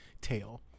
tail